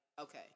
okay